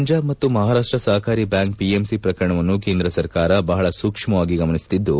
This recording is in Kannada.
ಪಂಜಾಬ್ ಮತ್ತು ಮಹಾರಾಷ್ಟ ಸಪಕಾರಿ ಬ್ಯಾಂಕ್ ಪಿಎಂಸಿ ಪ್ರಕರಣವನ್ನು ಕೇಂದ್ರ ಸರ್ಕಾರ ಬಹಳ ಸೂಕ್ಷ್ಮವಾಗಿ ಗಮನಿಸುತ್ತಿದ್ದು